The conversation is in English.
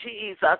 Jesus